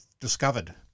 discovered